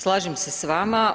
Slažem se s vama.